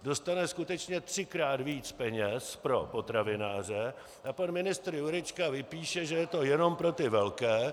Dostane skutečně třikrát více peněz pro potravináře a pan ministr Jurečka vypíše, že je to jenom pro ty velké.